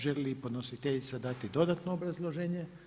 Želi li podnositeljica dati dodatno obrazloženje?